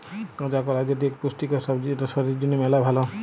কাঁচা কলা যেটি ইক পুষ্টিকর সবজি যেটা শরীর জনহে মেলা ভাল